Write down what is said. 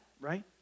right